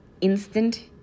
instant